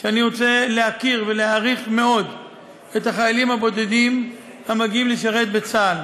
זו אני רוצה להוקיר ולהעריך מאוד את החיילים הבודדים המגיעים לשרת בצה"ל